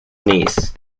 niece